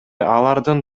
алардын